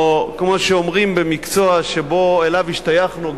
או כמו שאומרים במקצוע שאליו השתייכנו,